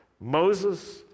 Moses